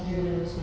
mm